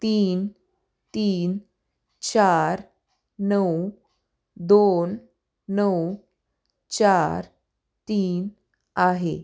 तीन तीन चार नऊ दोन नऊ चार तीन आहे